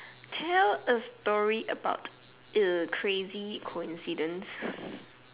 tell a story about a crazy coincidence